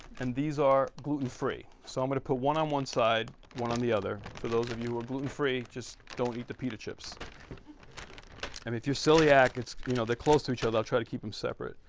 and these are gluten-free so i'm gonna put one on one side, one on the other for those of you are gluten free, just don't eat the pita chips and if your siliac, you know they're close to each other. i'll try to keep them separate.